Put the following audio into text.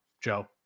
Joe